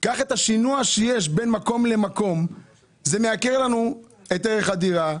השינוע שיש בין מקום למקום מייקר את ערך הדירה,